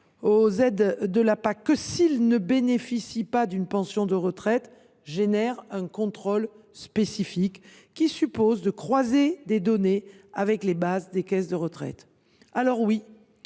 aux aides de la PAC que s’il ne bénéficie pas d’une pension de retraite entraîne un contrôle spécifique, qui suppose de croiser des données avec les bases des caisses de retraite. C’est vrai,